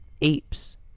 apes